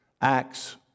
acts